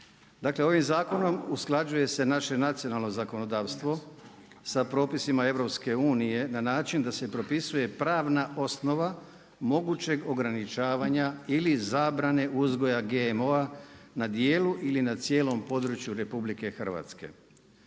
ovim zakonom, usklađuje se naše nacionalno zakonodavstvo, sa propisima EU, na način da se propisuje pravna osnova mogućeg ograničavanja ili zabrane uzgoja GMO, na dijelu ili na cijelom području RH. Zakonskim